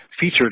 featured